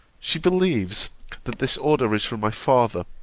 she believes that this order is from my father,